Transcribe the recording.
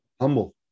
Humble